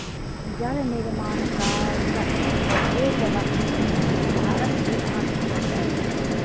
जल निर्माण चक्र पेयजलक स्थिति सुधारक लेल आवश्यक अछि